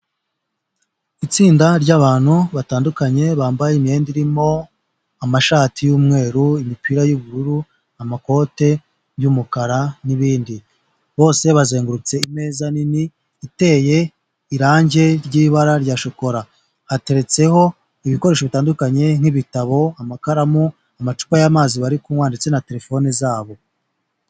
Itsinda ry'abantu batandukanye bambaye imyenda irimo amashati y'umweru, imipira y'ubururu, amakote y'umukara n'ibindi. Bose bazengurutse imeza nini iteye irangi ry'ibara rya shokora, hateretseho ibikoresho bitandukanye nk'ibitabo, amakaramu, amacupa y'amazi bari kunywa, ndetse na telefone zabo.